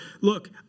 look